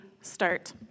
start